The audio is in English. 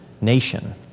nation